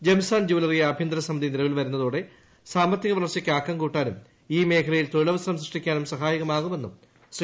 Gems and jewellery ആഭ്യന്തര സമിതി നിലവിൽ വരുന്നതോടെ സാമ്പത്തിക വളർച്ചയ്ക്ക് ആക്കം കൂട്ടാനും ഈ മേഖലയിൽ തൊഴിലവസരം സൃഷ്ടിക്കാനും സഹായകമാകുമെന്നും ശ്രീ